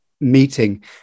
meeting